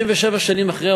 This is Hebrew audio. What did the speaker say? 37 שנים אחרי,